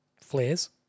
Flares